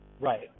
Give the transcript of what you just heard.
Right